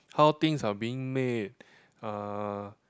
how things are being made uh